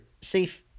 safe